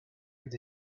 with